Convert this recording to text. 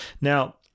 Now